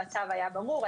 המצב היה ברור.